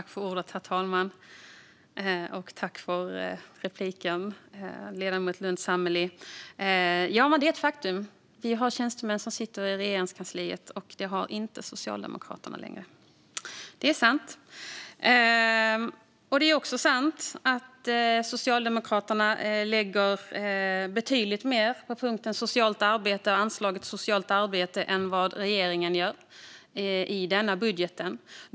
Herr talman! Jag tackar ledamoten Lundh Sammeli för repliken. Ja, det är ett faktum att vi har tjänstemän som sitter i Regeringskansliet. Det har inte Socialdemokraterna längre. Det är sant. Det är också sant att Socialdemokraterna lägger betydligt mer på punkten socialt arbete och anslaget socialt arbete i sin budgetmotion än regeringen gör i denna budget.